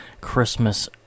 Christmas